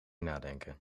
nadenken